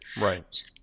Right